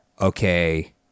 okay